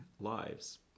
lives